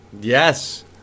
Yes